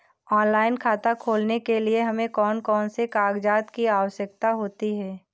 Online खाता खोलने के लिए हमें कौन कौन से कागजात की आवश्यकता होती है?